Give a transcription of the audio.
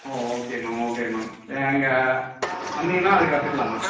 ஓ okay ma'am okay ma'am எங்கள் வந்தீங்கன்னால் அது கற்றுக்கலாம் மேம்